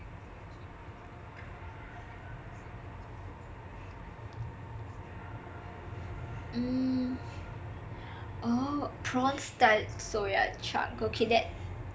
mm oh prawn soya chunk okay that